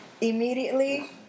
Immediately